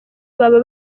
baba